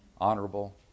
honorable